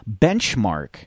benchmark